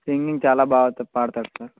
singing చాలా బాగా పాడతాడు సార్